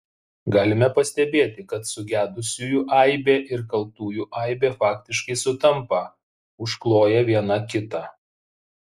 galime pastebėti kad sugedusiųjų aibė ir kaltųjų aibė faktiškai sutampa užkloja viena kitą